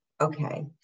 okay